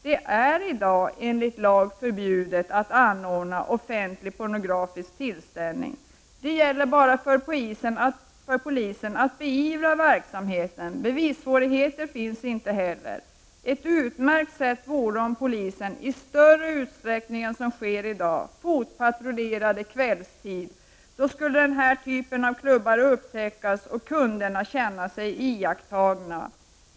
Det är enligt lag förbjudet att anordna offentlig pornografisk föreställning. Det gäller bara för polisen att beivra denna verksamhet. Bevissvårigheter finns inte heller. Ett utmärkt sätt vore om polisen i större utsträckning än vad som sker i dag fotpatrullerade kvällstid. Då skulle den här typen av klubbar upptäckas och kunderna känna sig iakttagna.